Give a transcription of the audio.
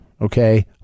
okay